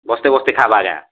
ବସ୍ତେ ବସ୍ତେ ଖାଇବା କାଏଁ